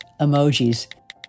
emojis